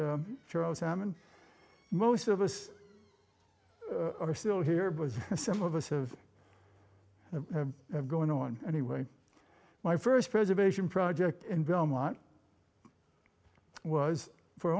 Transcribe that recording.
charles hamon most of us are still here but some of us of going on anyway my first preservation project in belmont was for